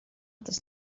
tas